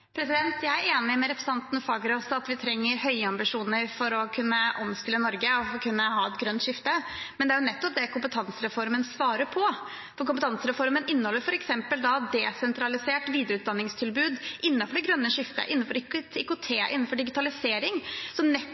at vi trenger høye ambisjoner for å kunne omstille Norge og få et grønt skifte, men det er nettopp det kompetansereformen svarer på. Kompetansereformen inneholder f.eks. desentralisert videreutdanningstilbud innenfor det grønne skiftet, innenfor IKT, innenfor digitalisering,